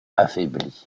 affaibli